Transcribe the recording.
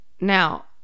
Now